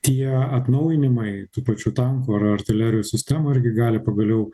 tie atnaujinimai tų pačių tankų ar artilerijos sistemų irgi gali pagaliau